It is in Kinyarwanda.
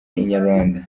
inyarwanda